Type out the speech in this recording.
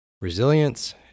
resilience